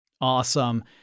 Awesome